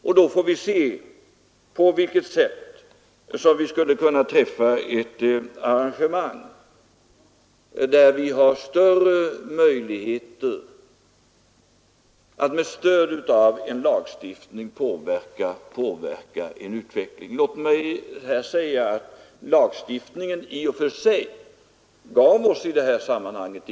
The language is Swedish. Och då får vi se på vilket sätt vi skulle kunna träffa ett arrangemang som ger större möjligheter att med stöd av lagstiftningen påverka utvecklingen. Låt mig säga att lagstiftningen i och för sig inte gav oss några möjligheter i det här sammanhanget.